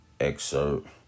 excerpt